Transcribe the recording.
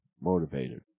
motivated